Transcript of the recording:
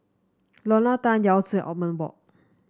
Lorna Tan Yao Zi Othman Wok